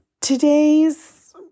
today's